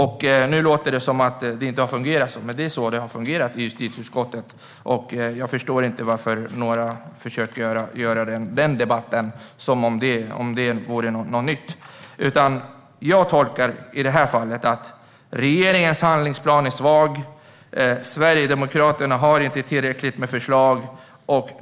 Det låter nu som att det inte skulle ha fungerat så, men det är så det har fungerat i justitieutskottet. Jag förstår inte varför några försöker få den debatten att verka ny. Jag gör följande tolkning: Regeringens handlingsplan är svag. Sverigedemokraterna har inte tillräckligt med förslag.